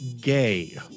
gay